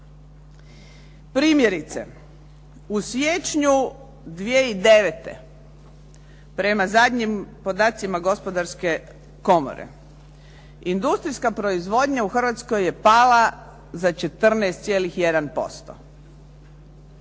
Primjerice u siječnju 2009. prema zadnjim podacima gospodarske komore, industrijska proizvodnja u Hrvatskoj je pala za 14,1%.